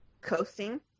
coasting